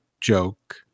joke